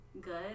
good